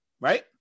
Right